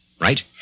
right